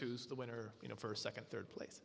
who's the winner you know first second third place